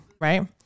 right